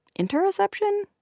interoception?